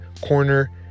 Corner